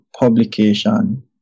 publication